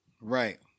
Right